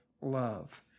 love